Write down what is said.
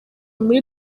muri